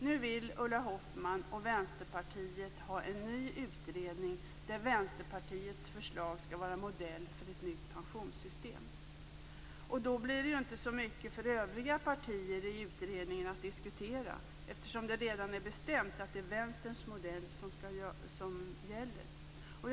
Nu vill Ulla Hoffmann och Vänsterpartiet ha en ny utredning där Vänsterpartiets förslag skall vara modell för ett nytt pensionssystem. Då blir det ju inte så mycket för övriga partier i utredningen att diskutera, eftersom det redan är bestämt att det är Vänsterns modell som gäller.